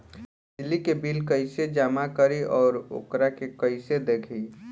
बिजली के बिल कइसे जमा करी और वोकरा के कइसे देखी?